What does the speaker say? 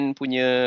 punya